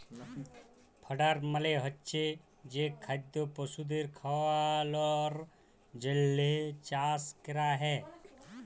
fodder মালে হচ্ছে যে খাদ্য পশুদের খাওয়ালর জন্হে চাষ ক্যরা হ্যয়